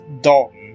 Dalton